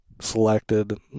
selected